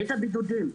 בעת הבידודים.